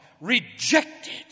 rejected